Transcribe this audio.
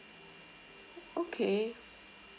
okay